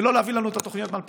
ולא להביא את התוכניות מ-2016.